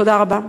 תודה רבה.